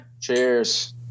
Cheers